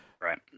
Right